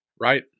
Right